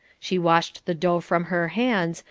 she washed the dough from her hands,